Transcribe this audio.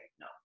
no